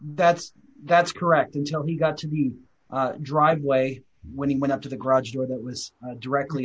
that's that's correct until he got to be driveway when he went up to the garage door that was directly